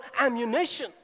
ammunition